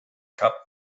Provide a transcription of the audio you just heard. kap